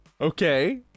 Okay